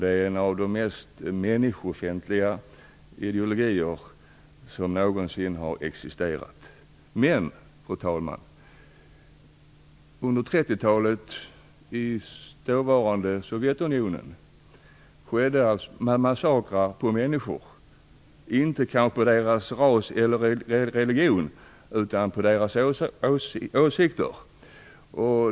Det är en av de mest människofientliga ideologier som någonsin har existerat. Men, fru talman, under 30-talet i dåvarande Sovjetunionen skedde massakrer på människor på grund av deras åsikter och inte på grund av deras ras eller religion.